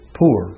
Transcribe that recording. poor